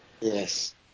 yes